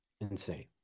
Insane